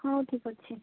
ହଉ ଠିକଅଛି